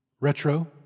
Retro